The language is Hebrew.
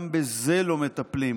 גם בזה לא מטפלים.